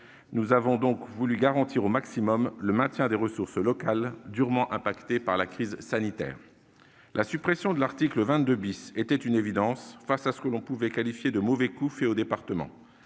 Nous avons voulu garantir au maximum le maintien des ressources locales, durement impactées par la crise sanitaire. La suppression de l'article 22 était une évidence, face à ce que l'on pourrait qualifier de mauvais coup fait aux départements.